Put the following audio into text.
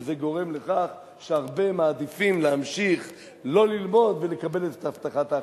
וזה גורם לכך שהרבה מעדיפים להמשיך לא ללמוד ולקבל את הבטחת ההכנסה.